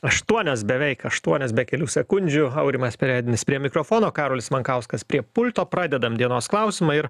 aštuonios beveik aštuonios be kelių sekundžių aurimas perednis prie mikrofono karolis mankauskas prie pulto pradedam dienos klausimą ir